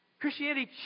Christianity